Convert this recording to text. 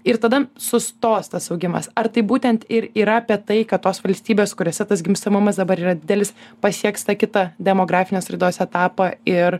ir tada sustos tas augimas ar tai būtent ir yra apie tai kad tos valstybės kuriose tas gimstamumas dabar yra didelis pasieks tą kitą demografinės raidos etapą ir